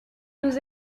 nous